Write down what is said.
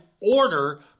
order